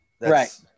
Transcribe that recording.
right